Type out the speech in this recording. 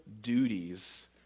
duties